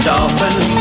Dolphins